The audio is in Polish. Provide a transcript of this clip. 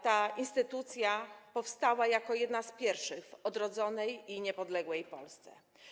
Ta instytucja powstała jako jedna z pierwszych w odrodzonej i niepodległej Polsce.